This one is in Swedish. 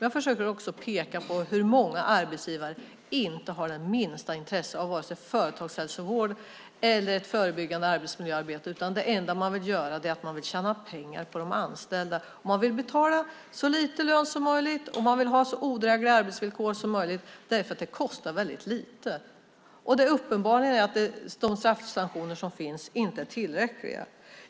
Jag försöker också peka på hur många arbetsgivare som inte har det minsta intresse av vare sig företagshälsovård eller ett förebyggande arbetsmiljöarbete, utan det enda man vill göra är att tjäna pengar på de anställda. Man vill betala så lite lön som möjligt, och man vill ha så odrägliga arbetsvillkor som möjligt därför att det kostar väldigt lite. Det är uppenbart att de straffsanktioner som finns inte är tillräckliga.